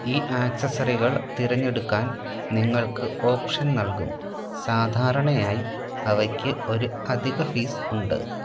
ഈ ആക്സസറികൾ തിരഞ്ഞെടുക്കാൻ നിങ്ങൾക്ക് ഓപ്ഷൻ നൽകും സാധാരണയായി അവക്ക് ഒരു അധിക ഫീസ് ഉണ്ട്